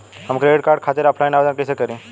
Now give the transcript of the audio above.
हम credit card खातिर offline आवेदन कइसे करि?